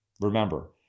Remember